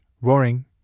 roaring